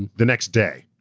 and the next day.